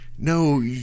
no